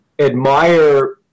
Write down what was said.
admire